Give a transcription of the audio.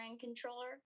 controller